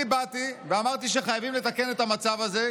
אני באתי ואמרתי שחייבים לתקן את המצב הזה,